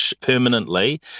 permanently